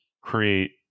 create